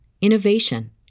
innovation